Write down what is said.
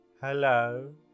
Hello